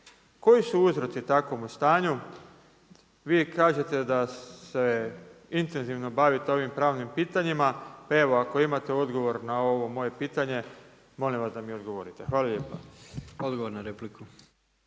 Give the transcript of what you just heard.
Koji su uzroci takvomu stanu? Vi kažete da se intenzivno bavite ovim pravnim pitanjima, pa evo ako imate odgovor na ovo moje pitanje, molim vas da mi odgovorite. Hvala vam lijepa.